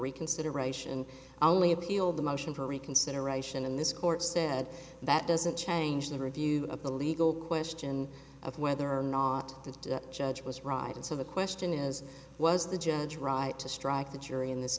reconsideration only appeal the motion for reconsideration in this court said that doesn't change the review of the legal question of whether or not the judge was riding so the question is was the judge right to strike the jury in this